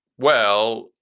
well,